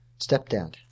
stepdad